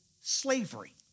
slavery